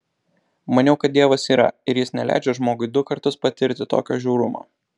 maniau kad dievas yra ir jis neleidžia žmogui du kartus patirti tokio žiaurumo